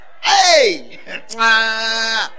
Hey